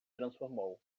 transformou